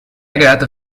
verehrte